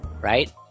Right